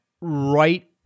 right